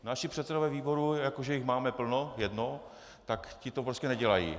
Naši předsedové výborů, jako že jich máme plno jednoho , ti to prostě nedělají.